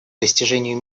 достижению